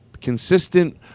consistent